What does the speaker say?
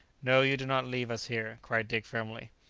no you do not leave us here, cried dick firmly.